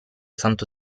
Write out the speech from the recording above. santo